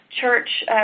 church